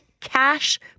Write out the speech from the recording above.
cash